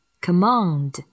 Command